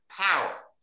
power